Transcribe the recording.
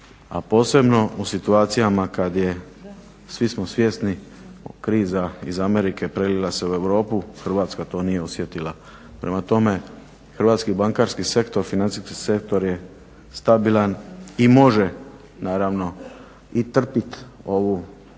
a posebno u situacijama kad je, svi smo svjesni kriza iz Amerike prelila se u Europu. Hrvatska to nije osjetila. Prema tome, hrvatski bankarski sektor, financijski sektor je stabilan i može naravno i trpit ovu